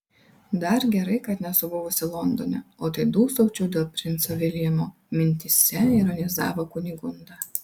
dar gerai kad nesu buvusi londone o tai dūsaučiau dėl princo viljamo mintyse ironizavo kunigunda